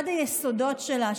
אחד היסודות שלה,